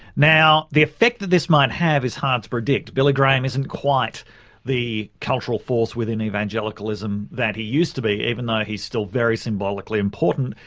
now the effect that this might have is hard to predict. billy graham isn't quite the cultural force within evangelicalism that he used to be even though he's still very symbolically important.